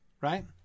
right